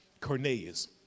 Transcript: Cornelius